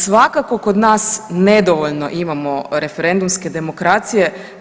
Svakako kod nas nedovoljno imamo referendumske demokracije.